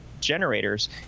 generators